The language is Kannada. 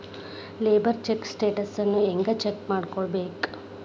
ಲೆಬರ್ ಚೆಕ್ ಸ್ಟೆಟಸನ್ನ ಹೆಂಗ್ ಚೆಕ್ ಮಾಡ್ಕೊಬೇಕ್?